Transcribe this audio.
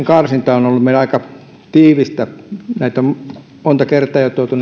karsinta on ollut meillä aika tiivistä näitä vähennyspäätöksiä on jo monta kertaa tuotu